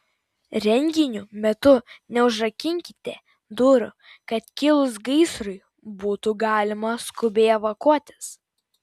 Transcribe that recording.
renginių metu neužrakinkite durų kad kilus gaisrui būtų galima skubiai evakuotis